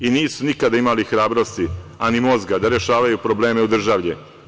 I nisu nikada imali hrabrosti, a ni mozga, da rešavaju probleme u državi.